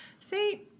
See